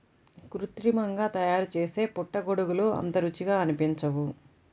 కృత్రిమంగా తయారుచేసే పుట్టగొడుగులు అంత రుచిగా అనిపించవు